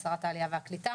שרת העלייה והקליטה,